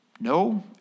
No